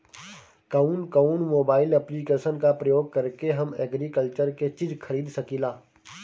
कउन कउन mobile application का प्रयोग करके हम एग्रीकल्चर के चिज खरीद सकिला?